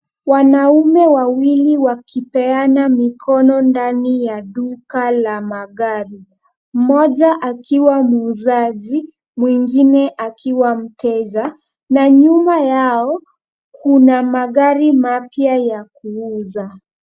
Wanaume wawili wakipeana mikono ndani ya duka la magari. Mmoja akiwa muuzaji, mwingine akiwa mteja na nyuma yao kuna magari mapya ya kuuza.